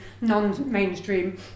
non-mainstream